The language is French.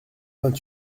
vingt